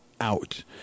out